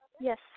Yes